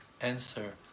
answer